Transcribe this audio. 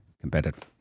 competitive